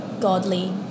godly